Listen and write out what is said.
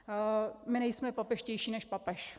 My nejsme papežštější než papež.